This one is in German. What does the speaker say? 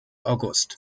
august